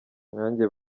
nkanjye